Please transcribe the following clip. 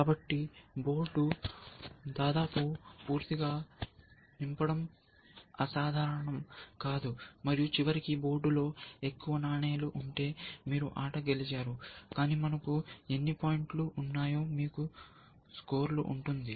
కాబట్టి బోర్డు దాదాపు పూర్తిగా నింపడం అసాధారణం కాదు మరియు చివరికి బోర్డులో ఎక్కువ నాణేలు ఉంటే మీరు ఆట గెలిచారు కానీ మనకు ఎన్ని పాయింట్లు ఉన్నాయో మీకు స్కోరు ఉంటుంది